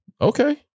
Okay